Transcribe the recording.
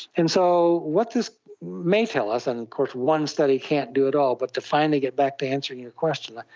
and so what this may tell us, and of course one study can't do it all but to finally get back to answering your question,